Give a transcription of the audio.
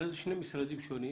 הרי זה שני משרדים שונים